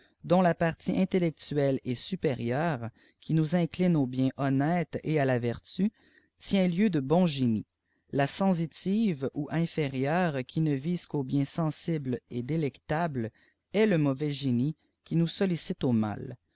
dont la partie intellectuelle et supérieure qui nous incline au bien honnête et à la vertu tient ueu de bon génie la sensitive ou inférieure qui ne vise qu'au bien sensible et délectable est le mauvais génie qui nous sollicite au mal